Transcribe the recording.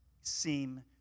seem